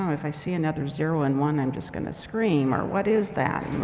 um if i see another zero and one i'm just gonna scream or what is that.